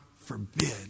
forbid